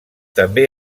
també